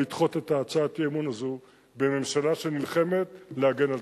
לדחות את הצעת האי-אמון הזאת בממשלה שנלחמת להגנת תושביה.